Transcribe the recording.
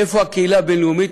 איפה הקהילה הבין-לאומית?